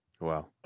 Wow